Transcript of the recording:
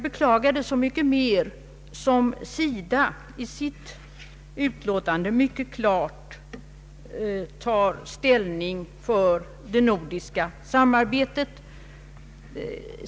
SIDA tar i sitt remissyttrande en mycket klar ställning till förmån för det nordiska samarbetet.